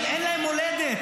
אין להם מולדת.